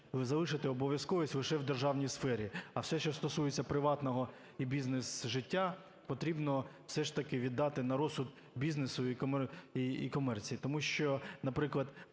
залишити обов'язковість лише в державній сфері, а все, що стосується приватного і бізнес-життя, потрібно все ж таки віддати на розсуд бізнесу і комерції. Тому що, наприклад,